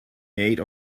made